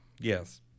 Yes